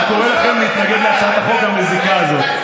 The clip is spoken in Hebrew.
אני קורא לכם להתנגד להצעת החוק המזיקה הזאת.